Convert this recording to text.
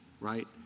right